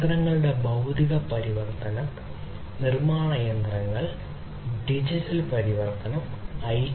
യന്ത്രങ്ങളുടെ ഭൌതിക പരിവർത്തനം നിർമ്മാണ യന്ത്രങ്ങൾ ഡിജിറ്റൽ പരിവർത്തനം ഐ